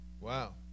Wow